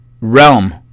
realm